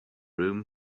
room